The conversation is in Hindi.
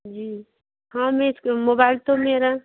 जी हाँ में इस्के मोबैल तो मेरा